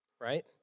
right